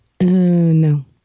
No